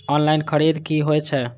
Online खरीद की होए छै?